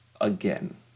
again